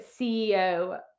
ceo